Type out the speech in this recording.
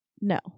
No